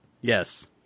Yes